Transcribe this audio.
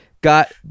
Got